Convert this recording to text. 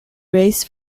race